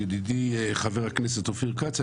ידידי חבר הכנסת אופיר כץ,